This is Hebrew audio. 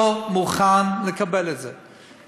לא מוכן לקבל את זה.